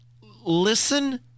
listen